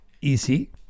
easy